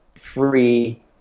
free